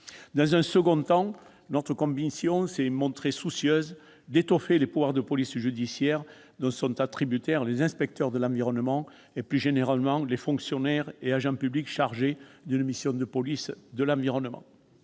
Dans un second temps, notre commission s'est montrée soucieuse d'étoffer les pouvoirs de police judiciaire dont sont attributaires les inspecteurs de l'environnement, et plus généralement les fonctionnaires et agents publics chargés d'une mission de police de l'environnement.